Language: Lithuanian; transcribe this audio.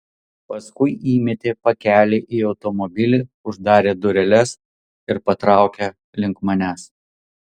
paskui įmetė pakelį į automobilį uždarė dureles ir patraukė link manęs